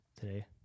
today